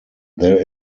there